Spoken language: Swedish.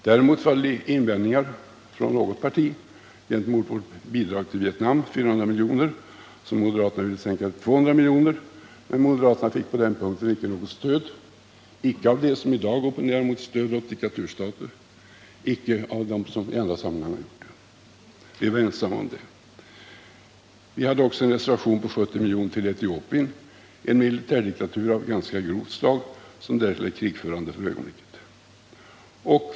Däremot förelåg invändningar från något parti gentemot vårt bidrag till Vietnam, 400 miljoner, som moderaterna ville sänka till 200 miljoner. Men moderaterna fick på den punkten inte något stöd —-icke av dem som i dag opponerar mot stöd åt diktaturstater, icke av dem som i andra sammanhang gjort det. Vi var ensamma om det. Vi hade också en reservation mot 70 miljoner till Etiopien, en militärdiktatur av ganska grovt slag som därtill för ögonblicket är krigförande.